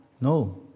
No